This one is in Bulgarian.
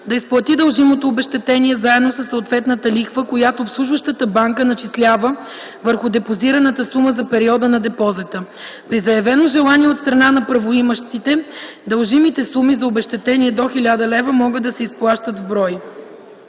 да изплати дължимото обезщетение заедно със съответната лихва, която обслужващата банка начислява върху депозираната сума за периода на депозита. При заявено желание от страна на правоимащите дължими суми за обезщетението до 1000 лв. могат да се изплащат и в брой.”